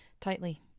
tightly